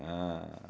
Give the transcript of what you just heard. ah